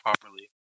properly